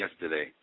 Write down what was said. yesterday